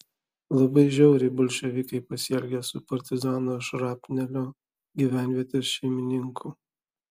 labai žiauriai bolševikai pasielgė su partizano šrapnelio gyvenvietės šeimininku